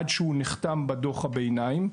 עד שהוא נחתם בדו"ח הביניים,